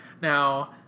Now